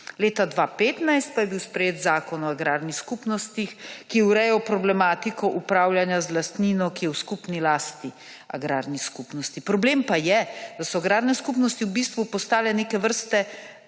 Leta 2015 pa je bil sprejet Zakon o agrarnih skupnostih, ki je urejal problematiko upravljanja z lastnino, ki je v skupni lasti agrarne skupnosti. Problem pa je, da so agrarne skupnosti v bistvu postale neke vrste